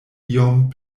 iom